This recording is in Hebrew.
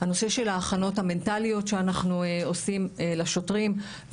הנושא של ההכנות המנטליות שאנחנו עושים לשוטרים.